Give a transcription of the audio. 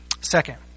Second